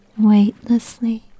weightlessly